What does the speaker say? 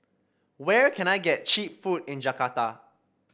where can I get cheap food in Jakarta